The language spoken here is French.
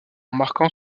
marquant